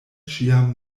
ĉiam